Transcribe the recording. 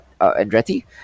Andretti